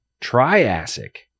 Triassic